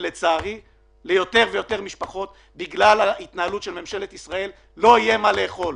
ולצערי ליותר ויותר משפחות לא יהיה מה לאכול